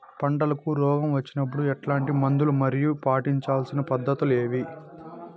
పంటకు రోగం వచ్చినప్పుడు ఎట్లాంటి మందులు మరియు పాటించాల్సిన పద్ధతులు ఏవి?